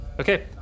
Okay